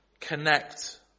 connect